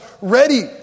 ready